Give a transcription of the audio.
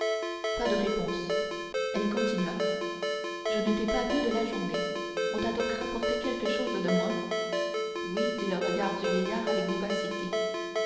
pas de réponse elle continua je ne t'ai pas vu de la journée on t'a donc rapporté quelque chose de moi oui dit le regard du vieillard avec vivacité